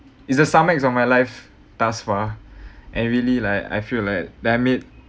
it's the summit of my life thus far and really like I feel like dammit